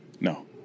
no